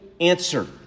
answer